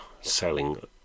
selling